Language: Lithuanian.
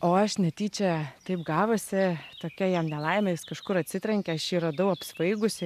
o aš netyčia taip gavosi tokia jam nelaimė jis kažkur atsitrenkė aš jį radau apsvaigusį